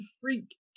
freak